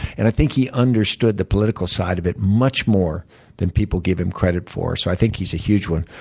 and i think he understood the political side of it much more than people gave him credit for. so i think he's a huge one.